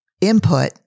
input